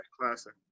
classic